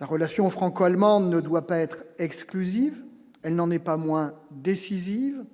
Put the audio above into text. La relation franco-allemande ne doit pas être exclusive, elle n'en est pas moins décisive,